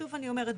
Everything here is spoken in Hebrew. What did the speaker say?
שוב אני אומרת,